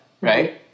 right